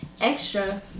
extra